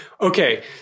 okay